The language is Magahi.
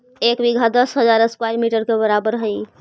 एक बीघा दस हजार स्क्वायर मीटर के बराबर हई